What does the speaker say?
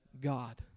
God